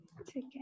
Okay